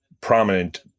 prominent